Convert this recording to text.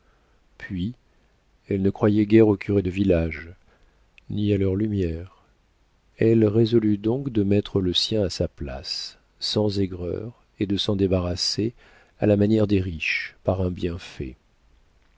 puis elle ne croyait guère aux curés de village ni à leurs lumières elle résolut donc de mettre le sien à sa place sans aigreur et de s'en débarrasser à la manière des riches par un bienfait